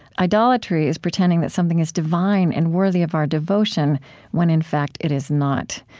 idolatry is pretending that something is divine and worthy of our devotion when in fact it is not.